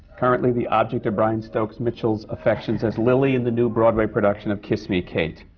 currently the object of brian stokes mitchell's affections as lily in the new broadway production of kiss me kate.